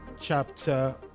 chapter